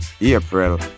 April